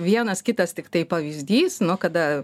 vienas kitas tiktai pavyzdys nu kada